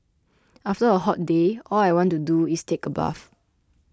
after a hot day all I want to do is take a bath